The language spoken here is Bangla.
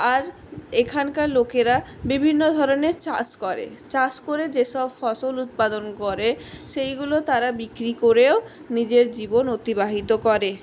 আর এখানকার লোকেরা বিভিন্ন ধরনের চাষ করে চাষ করে যেসব ফসল উৎপাদন করে সেইগুলো তারা বিক্রি করেও নিজের জীবন অতিবাহিত করে